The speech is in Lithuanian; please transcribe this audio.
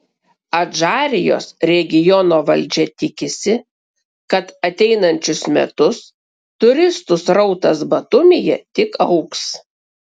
adžarijos regiono valdžia tikisi kad ateinančius metus turistų srautas batumyje tik augs